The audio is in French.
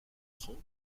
trente